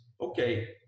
okay